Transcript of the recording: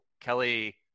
Kelly